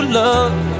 love